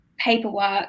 paperwork